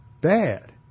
bad